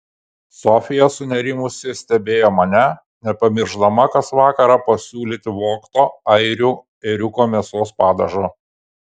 sofija sunerimusi stebėjo mane nepamiršdama kas vakarą pasiūlyti vogto airių ėriuko mėsos padažo